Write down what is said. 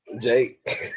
Jake